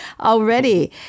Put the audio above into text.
already